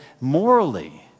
morally